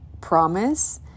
promise